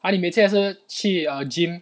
!huh! 你每次也是去 err gym